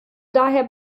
daher